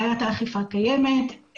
בעיית האכיפה קיימת,